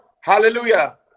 Hallelujah